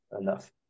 enough